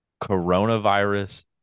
coronavirus